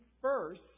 first